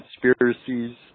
conspiracies